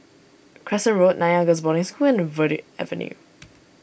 Crescent Road Nanyang Girls' Boarding School and Verde Avenue